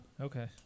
Okay